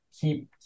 keep